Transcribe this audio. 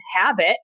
habit